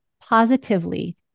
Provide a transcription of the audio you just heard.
positively